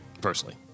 personally